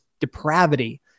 depravity